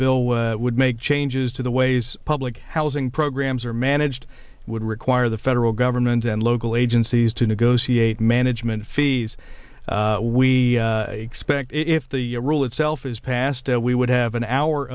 bill would make changes to the ways public housing programs are managed would require the federal government and local agencies to negotiate management fees we expect if the rule itself is passed we would have an hour